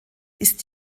ist